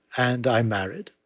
and i married,